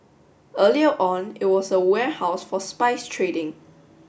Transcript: earlier on it was a warehouse for spice trading